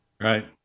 Right